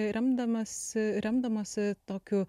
remdamosi remdamosi tokiu